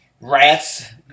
rats